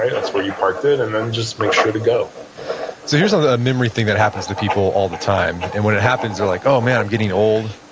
ah that's where you parked it, and then just make sure to go so here's um another memory thing that happens to people all the time, and when it happens they're like, oh, man. i'm getting old.